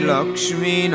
Lakshmi